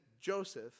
joseph